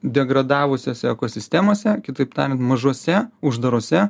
degradavusiose ekosistemose kitaip tariant mažose uždarose